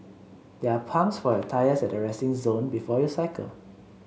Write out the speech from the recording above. there are pumps for your tyres at the resting zone before you cycle